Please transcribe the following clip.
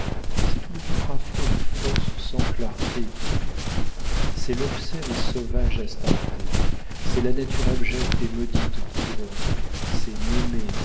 c'est tout le gouffre affreux des forces sans clarté qui hurle c'est l'obscène et sauvage astarté c'est la nature abjecte et maudite qui gronde c'est